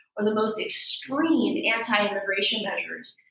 or the most extreme anti-immigration measures,